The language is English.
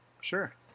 Sure